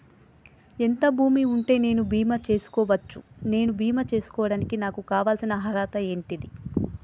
ఎంత భూమి ఉంటే నేను బీమా చేసుకోవచ్చు? నేను బీమా చేసుకోవడానికి నాకు కావాల్సిన అర్హత ఏంటిది?